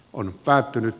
on päättynyt